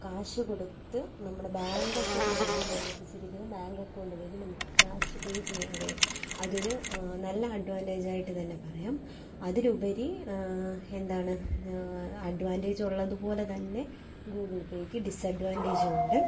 cash കൊടുത്ത് നമ്മളെ bank account വഴി ബന്ധിപ്പിച്ചിരിക്കുന്ന ബാങ്ക് അക്കൗണ്ട് വഴി നമുക്ക് ക്യാഷ് പേ ചെയ്യാൻ കഴിയും അതൊരു നല്ല അഡ്വാൻറ്റെജായിട്ട് തന്നെ പറയാം അതിലുപരി എന്താണ് അഡ്വാൻറ്റെജുള്ളത് പോലെ തന്നെ ഗൂഗിൾ പേക്ക് ഡിസ്അഡ്വാൻറ്റെജുമുണ്ട്